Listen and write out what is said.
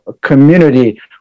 community